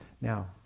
Now